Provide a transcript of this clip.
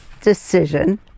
decision